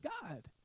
God